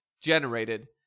generated